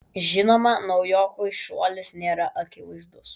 žinoma naujokui šuolis nėra akivaizdus